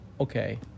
okay